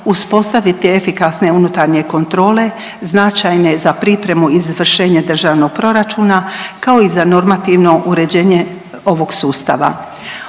uspostaviti efikasne unutarnje kontrole značajne za pripremu i izvršenje Državnog proračuna kao i za normativno uređenje ovog sustava.